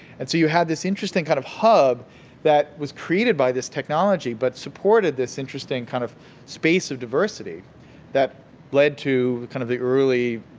and so, you had this interesting kind of hub that was created by this technology, but supported this interesting kind of space of diversity that led to kind of the early,